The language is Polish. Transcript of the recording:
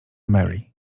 mary